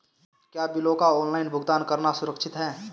क्या बिलों का ऑनलाइन भुगतान करना सुरक्षित है?